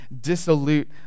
dissolute